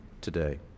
today